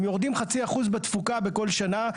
הם יורדים חצי אחוז מהתפוקה בכל שנה.